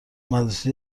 مدرسه